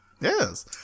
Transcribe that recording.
Yes